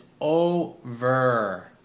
over